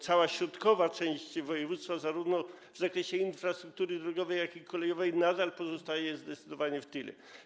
Cała środkowa część województwa w zakresie infrastruktury zarówno drogowej, jak kolejowej nadal pozostaje zdecydowanie w tyle.